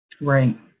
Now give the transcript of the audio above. Right